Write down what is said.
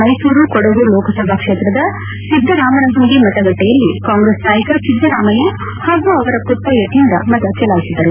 ಮೈಸೂರು ಕೊಡಗು ಲೋಕಸಭಾ ಕ್ಷೇತ್ರದ ಸಿದ್ದರಾಮನಹುಂಡಿ ಮತಗಟ್ಟೆಯಲ್ಲಿ ಕಾಂಗ್ರೆಸ್ ನಾಯಕ ಸಿದ್ದರಾಮಯ್ಯ ಹಾಗೂ ಅವರ ಪುತ್ರ ಯತೀಂದ್ರ ಮತ ಚಲಾಯಿಸಿದರು